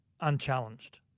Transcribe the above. unchallenged